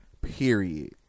Period